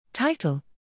Title